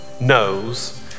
knows